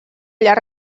llarg